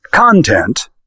Content